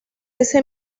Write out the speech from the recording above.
ese